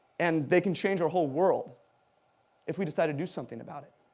and they can change our whole world if we decide to do something about it.